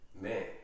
man